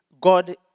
God